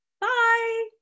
bye